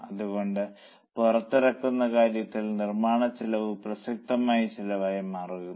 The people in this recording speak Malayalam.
അതുകൊണ്ടാണ് പുറത്തിറക്കുന്ന കാര്യത്തിൽ നിർമ്മാണച്ചെലവ് പ്രസക്തമായ ചെലവായി മാറുന്നത്